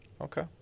Okay